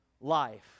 life